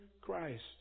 Christ